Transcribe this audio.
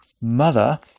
mother